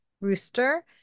rooster